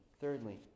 thirdly